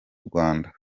rwanda